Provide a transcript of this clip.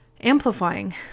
amplifying